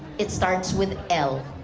it starts with l.